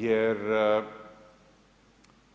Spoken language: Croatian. Jer